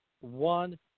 one